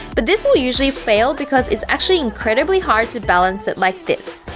but this will usually fail because it's actually incredibly hard to balance it like this,